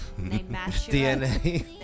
DNA